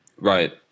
right